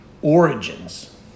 Origins